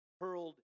hurled